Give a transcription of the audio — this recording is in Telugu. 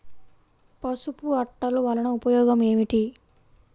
పసుపు అట్టలు వలన ఉపయోగం ఏమిటి?